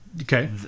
okay